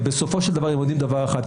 ובסופו של דבר הם יודעים דבר אחד,